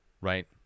right